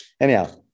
anyhow